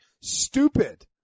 stupid